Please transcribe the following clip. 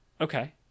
okay